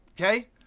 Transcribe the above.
okay